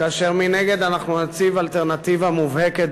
כאשר מנגד אנחנו נציב אלטרנטיבה מובהקת,